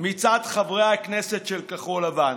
מצד חברי הכנסת של כחול לבן